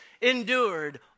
endured